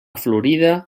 florida